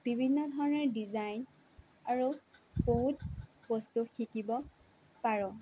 বিভিন্ন ধৰণৰ ডিজাইন আৰু বহুত বস্তু শিকিব পাৰোঁ